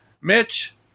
Mitch